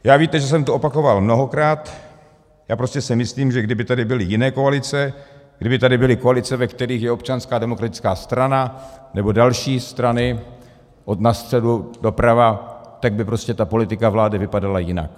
Já, víte, že jsem to opakoval mnohokrát, si myslím, že kdyby tady byly jiné koalice, kdyby tady byly koalice, ve kterých je Občanská demokratická strana nebo další strany od středu doprava, tak by prostě ta politika vlády vypadala jinak.